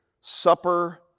supper